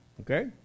Okay